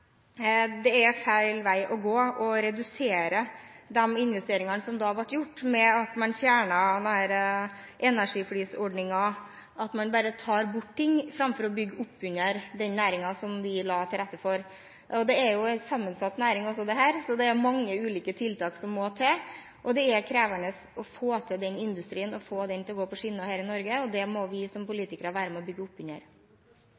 det er feil vei å gå og redusere de investeringene som da ble gjort, ved at man fjerner energiflisordningen – at man bare tar bort ting istedenfor å bygge opp under den næringen som vi la til rette for. Dette er også en sammensatt næring, så det er mange ulike tiltak som må til. Det er krevende å få til den industrien og få den til å gå på skinner her i Norge. Det må vi som